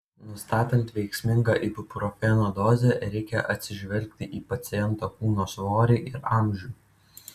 nustatant veiksmingą ibuprofeno dozę reikia atsižvelgti į paciento kūno svorį ir amžių